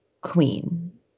Queen